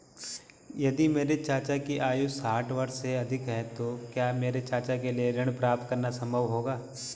यदि मेरे चाचा की आयु साठ वर्ष से अधिक है तो क्या मेरे चाचा के लिए ऋण प्राप्त करना संभव होगा?